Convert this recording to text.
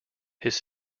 his